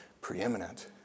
preeminent